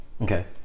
okay